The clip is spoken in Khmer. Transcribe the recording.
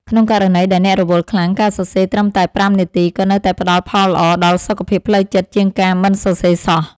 ក្នុងករណីដែលអ្នករវល់ខ្លាំង ការសរសេរត្រឹមតែប្រាំនាទី ក៏នៅតែផ្ដល់ផលល្អដល់សុខភាពផ្លូវចិត្តជាងការមិនសរសេរសោះ។